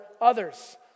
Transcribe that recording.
others